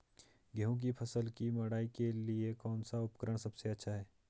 गेहूँ की फसल की मड़ाई के लिए कौन सा उपकरण सबसे अच्छा है?